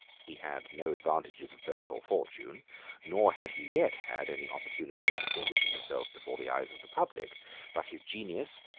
he had no advantages of birth or fortune nor had he yet had any opportunity of distinguishing himself before the eyes of the public but his genius,